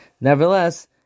Nevertheless